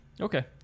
Okay